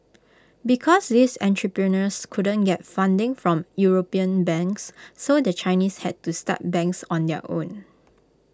because these entrepreneurs couldn't get funding from european banks so the Chinese had to start banks on their own